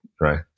right